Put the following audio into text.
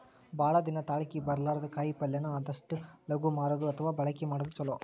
ಭಾಳ ದಿನಾ ತಾಳಕಿ ಬರ್ಲಾರದ ಕಾಯಿಪಲ್ಲೆನ ಆದಷ್ಟ ಲಗು ಮಾರುದು ಅಥವಾ ಬಳಕಿ ಮಾಡುದು ಚುಲೊ